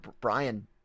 Brian